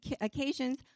occasions